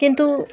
কিন্তু